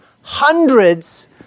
hundreds